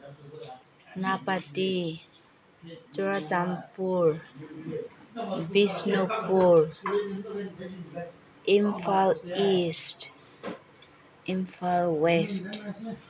Senapati Churachandpur Bishnupur Imphal east Imphal west